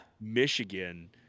Michigan